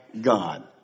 God